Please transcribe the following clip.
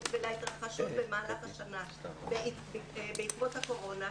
ולהתרחשות במהלך השנה בעקבות הקורונה,